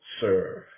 serve